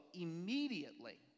immediately